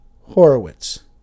Horowitz